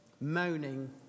moaning